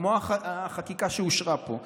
כמו החקיקה שאושרה פה,